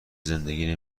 زندگی